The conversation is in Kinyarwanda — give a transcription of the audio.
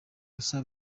gusa